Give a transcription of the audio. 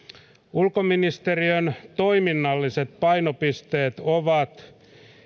ulkoministeriön toiminnalliset painopisteet ovat